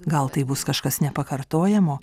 gal tai bus kažkas nepakartojamo